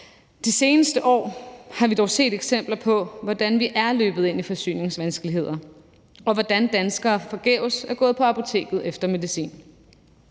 De seneste år har vi dog set eksempler på, hvordan vi er løbet ind i forsyningsvanskeligheder, og hvordan danskere forgæves er gået på apoteket efter medicin.